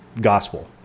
gospel